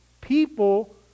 people